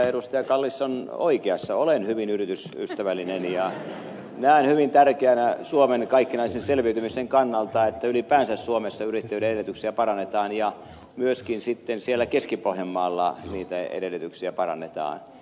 kallis on oikeassa olen hyvin yritysystävällinen ja näen hyvin tärkeänä suomen kaikkinaisen selviytymisen kannalta että ylipäänsä suomessa yrittäjyyden edellytyksiä parannetaan ja myöskin sitten siellä keski pohjanmaalla niitä edellytyksiä parannetaan